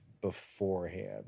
beforehand